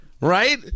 right